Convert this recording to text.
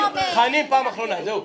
--- חנין, פעם אחרונה, זהו.